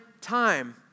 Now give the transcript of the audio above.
time